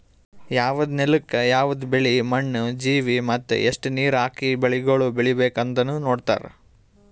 ಯವದ್ ನೆಲುಕ್ ಯವದ್ ಬೆಳಿ, ಮಣ್ಣ, ಜೀವಿ ಮತ್ತ ಎಸ್ಟು ನೀರ ಹಾಕಿ ಬೆಳಿಗೊಳ್ ಬೇಕ್ ಅಂದನು ನೋಡತಾರ್